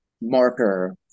marker